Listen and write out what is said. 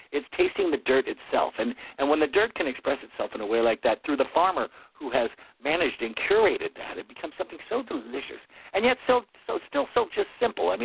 it's tasting the dirt itself and and when the dirt can express itself in a way like that through the farmer who has managed and curated that, it becomes something so delicious and yet so so still so simple.